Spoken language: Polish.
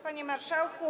Panie Marszałku!